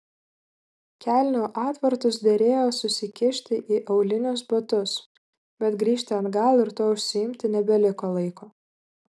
kelnių atvartus derėjo susikišti į aulinius batus bet grįžti atgal ir tuo užsiimti nebeliko laiko